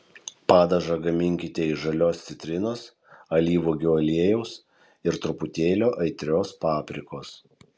padažą gaminkite iš žalios citrinos alyvuogių aliejaus ir truputėlio aitrios paprikos